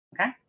okay